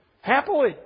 Happily